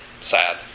sad